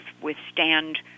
withstand